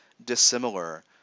dissimilar